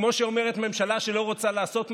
כמו שאומרת ממשלה שלא רוצה לעשות משהו: